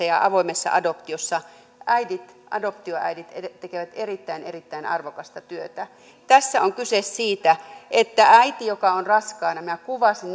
ja avoimessa adoptiossa äidit adoptioäidit tekevät erittäin erittäin arvokasta työtä tässä on kyse siitä että äiti joka on raskaana minä kuvasin